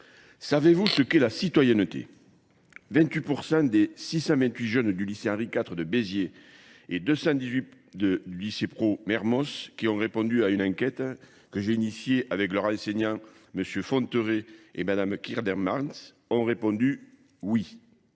savez-vous ce qu'est la citoyenneté ? 28 % des 628 jeunes du lycée Henri IV de Béziers et 218 du lycée Pro Mermos, qui ont répondu à une enquête que j'ai initiée avec leur enseignant, M. Fonteret et Mme Kierdermans, ont répondu oui.